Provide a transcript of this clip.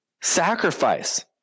sacrifice